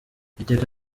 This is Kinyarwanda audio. iteka